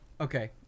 Okay